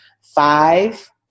five